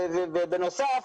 בנוסף,